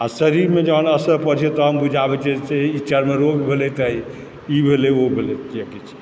आ शरीरमे जखन असर पड़ैत छै तखन बुझाबैत छै जे ई चर्मरोग भेलय ई भेलय ओ भेलय जे किछु